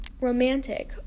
romantic